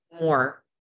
more